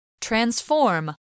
Transform